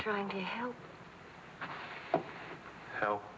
trying to help